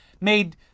made